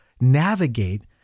navigate